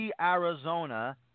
Arizona